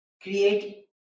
create